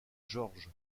george